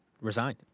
resigned